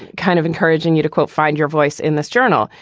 kind of encouraging you to, quote, find your voice in this journal,